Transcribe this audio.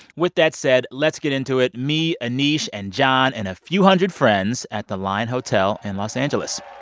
with that said, let's get into it. me, aneesh and john and a few hundred friends at the line hotel in los angeles.